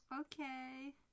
Okay